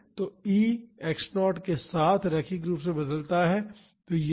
तो E x0 के साथ रैखिक रूप से बदलता रहता है